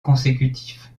consécutif